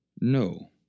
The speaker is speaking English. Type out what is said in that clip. No